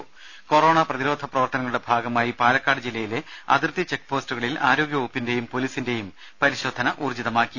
രുദ കൊറോണ പ്രതിരോധ പ്രവർത്തനങ്ങളുടെ ഭാഗമായി പാലക്കാട് ജില്ലയിലെ അതിർത്തി ചെക്ക് പോസ്റ്റുകളിൽ ആരോഗ്യ വകുപ്പിന്റെയും പോലീസിന്റെയും പരിശോധന ഊർജ്ജിതമാക്കി